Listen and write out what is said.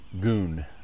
Goon